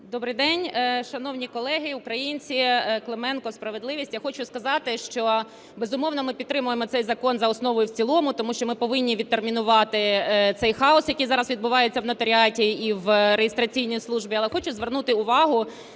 Добрий день, шановні колеги, українці! Клименко, "Справедливість". Я хочу сказати, що, безумовно, ми підтримуємо цей закон за основу і в цілому, тому що ми повинні відтермінувати цей хаос, який зараз відбувається в нотаріаті і в реєстраційній службі. Але хочу звернути увагу